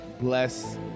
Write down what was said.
bless